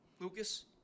Lucas